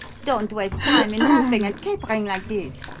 don't waste time in laughing and capering like this!